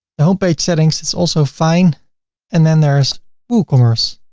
home page settings it's also fine and then there's woocommerce.